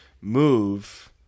move